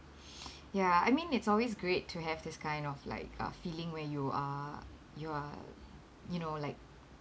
ya I mean it's always great to have this kind of like uh feeling where you are you are you know like